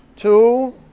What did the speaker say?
Two